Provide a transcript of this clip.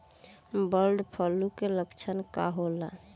Bird flu के लक्षण का होला?